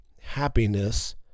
happiness